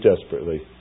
desperately